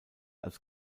als